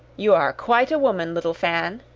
you are quite a woman, little fan!